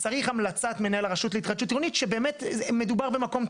צריך המלצת מנהל הרשות להתחדשות עירונית שבאמת מדובר במקום צפוף.